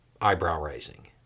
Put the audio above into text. eyebrow-raising